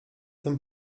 tym